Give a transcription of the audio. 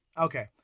Okay